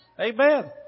Amen